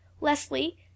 leslie